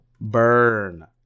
Burn